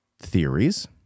theories